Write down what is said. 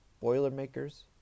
boilermakers